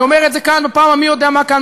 אני אומר את זה בפעם המי-יודע-מה כאן,